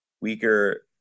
weaker